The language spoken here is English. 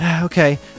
okay